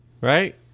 Right